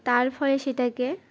তার ফলে সেটাকে